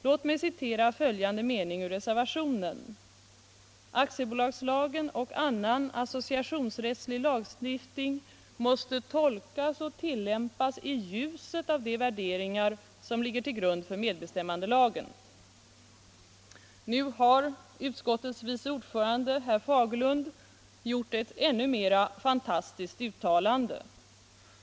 Låt mig citera följande mening i reservationen: ”Aktiebolagslagen och annan associationsrättslig lagstiftning måste tolkas och tillämpas i ljuset av värderingar som ligger till grund för medbestämmandelagen.” Nu har utskottets vice ordförande, herr Fagerlund, gjort ett ännu mer fantastiskt uttalande.